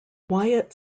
wyatt